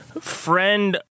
friend